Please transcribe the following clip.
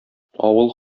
авыл